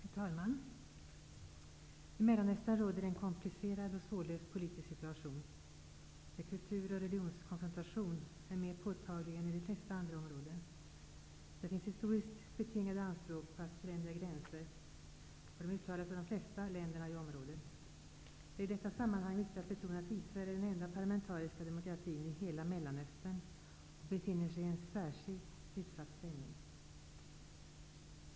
Herr talman! I Mellanöstern råder en komplicerad och svårlöst politisk situation, där kultur och religionskonfrontation är mer påtaglig än vad som är fallet i de flesta andra områden. Historiskt betingade anspråk på att förändra gränser uttalas av de flesta länderna i området. Det är i detta sammanhang viktigt att betona att Israel är den enda parlamentariska demokratin i hela Mellanöstern och att Israel befinner sig i en särskilt utsatt situation.